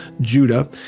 Judah